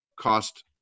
cost